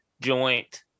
joint